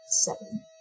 seven